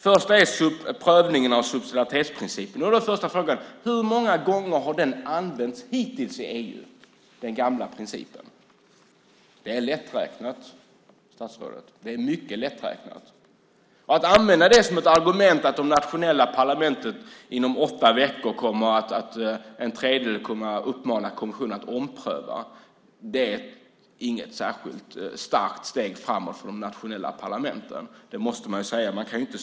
Det första är prövningen av subsidiaritetsprincipen. Då är första frågan: Hur många gånger har den gamla principen använts hittills i EU? Det är lätträknat, statsrådet. Det är mycket lätträknat. Det går inte att använda som argument att en tredjedel av de nationella parlamenten inom åtta veckor kommer att uppmana kommissionen att ompröva. Det är inget särskilt starkt steg framåt för de nationella parlamenten. Det måste man säga.